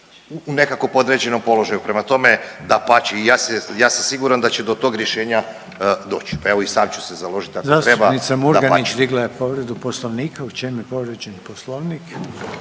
u nekako podređenom položaju. Prema tome, dapače. I ja sam siguran da će do tog rješenja doći. Pa evo i sam ću se založiti ako treba, dapače. **Reiner, Željko (HDZ)** Zastupnica Murganić digla je povredu Poslovnika. U čem je povrijeđen Poslovnik?